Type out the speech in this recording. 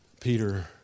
Peter